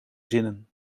zinnen